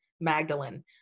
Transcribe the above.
Magdalene